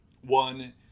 One